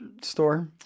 store